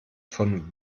von